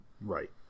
Right